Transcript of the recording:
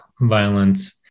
violence